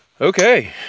Okay